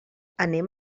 anem